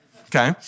okay